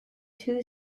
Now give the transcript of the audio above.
two